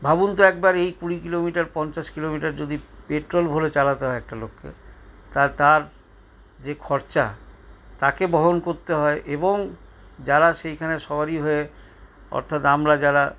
ভাবুন তো একবার এই কুড়ি কিলোমিটার পঞ্চাশ কিলোমিটার যদি পেট্রোল ভরে চালাতে হয় একটা লোককে তা তার যে খরচা তাকে বহন করতে হয় এবং যারা সেইখানে সওয়ারী হয়ে অর্থাৎ আমরা যারা